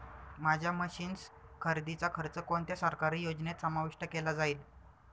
माझ्या मशीन्स खरेदीचा खर्च कोणत्या सरकारी योजनेत समाविष्ट केला जाईल?